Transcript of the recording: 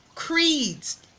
creeds